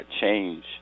change